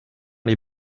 les